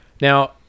Now